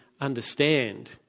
understand